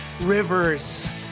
rivers